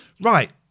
right